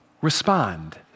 respond